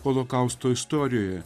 holokausto istorijoje